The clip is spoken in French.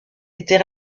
était